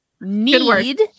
need